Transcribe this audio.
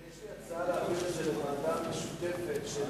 יש לי הצעה, להעביר את זה מוועדה משותפת של